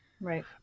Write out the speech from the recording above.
right